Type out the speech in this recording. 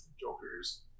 Joker's